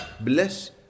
bless